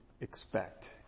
expect